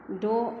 द'